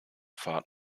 fahrt